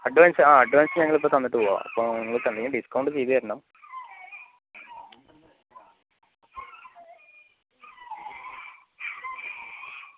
advance ആ advance ഞങ്ങൾ ഇപ്പോൾ തന്നിട്ട് പോവാം അപ്പോൾ എന്തെങ്കിലും ഡീസ്കൌണ്ട് ചെയ്ത് തരണം